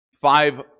five